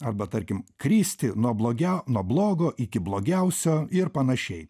arba tarkim kristi nuo blogiau nuo blogo iki blogiausio ir panašiai